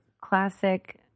classic